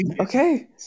Okay